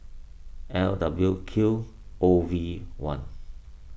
L W Q O V one